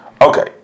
okay